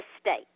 state